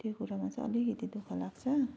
त्यो कुरामा चाहिँ अलिकति दुःख लाग्छ